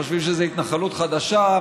חושבים שזו התנחלות חדשה,